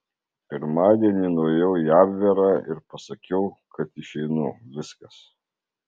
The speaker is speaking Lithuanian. pirmadienį nuėjau į abverą ir pasakiau kad išeinu viskas